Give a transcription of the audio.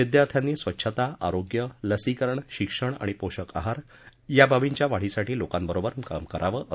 विद्यार्थ्यांनी स्वच्छता आरोग्य लसीकरण शिक्षण आणि पोषक आहार या बाबींच्या वाढीसाठी लोकांबरोबर काम करावं असं ते म्हणाले